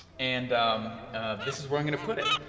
and this is where i'm gonna put it.